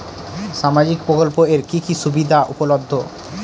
সামাজিক প্রকল্প এর কি কি সুবিধা উপলব্ধ?